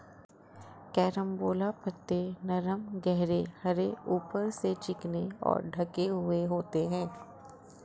carambola पत्ते नरम गहरे हरे ऊपर से चिकने और ढके हुए होते हैं